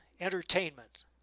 entertainment